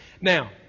Now